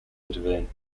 intervene